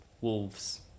wolves